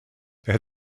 that